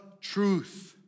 truth